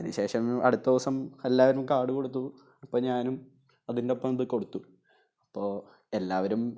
അതിനുശേഷം അടുത്തവുസം എല്ലാവരും കാർഡ് കൊടുത്തു അപ്പോള് ഞാനും അതിൻ്റൊപ്പം അതും കൊടുത്തു അപ്പോള് എല്ലാവരും